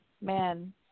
Man